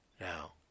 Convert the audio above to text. Now